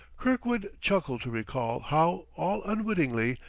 kirkwood chuckled to recall how, all unwittingly,